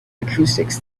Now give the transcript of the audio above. acoustics